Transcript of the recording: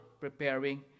preparing